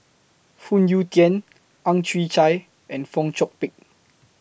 Phoon Yew Tien Ang Chwee Chai and Fong Chong Pik